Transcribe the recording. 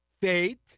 Faith